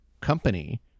company